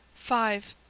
five.